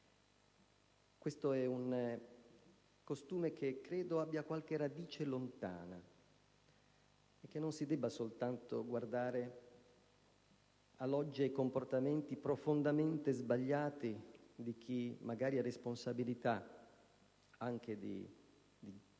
Questo è un costume che credo abbia qualche radice lontana e che non si debba guardare soltanto a logiche e comportamenti profondamente sbagliati di chi magari ha la responsabilità di dare